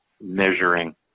measuring